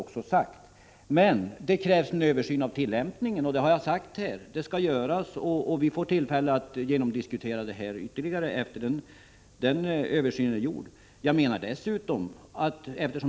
Det krävs emellertid en översyn av jordförvärvslagens tillämpning — det har jag också sagt. Vi får möjlighet att diskutera detta ytterligare när översynen är genomförd.